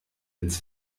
ins